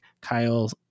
Kyle